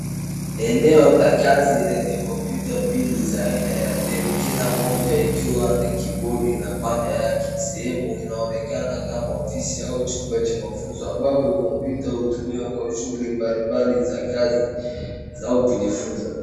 Eneo la kazi lenye kompyuta mbili za aina ya Dell. Kila moja ikiwa an kibodi na panya yake. Sehemu inaonekana kama ofisi au chumba cha mafunzo ambavyo kompyuta hutumiwa kwa shughuli mbalimbali za kazi au kujifunza.